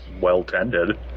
well-tended